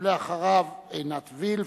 ואחריו, עינת וילף.